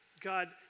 God